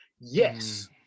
Yes